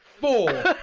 Four